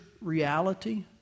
reality